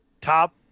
top